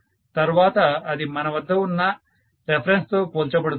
తర్వాత అది మన వద్ద ఉన్న రెఫరెన్స్ తో పోల్చ బడుతుంది